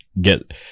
get